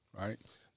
right